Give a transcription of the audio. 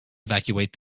evacuate